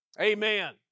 Amen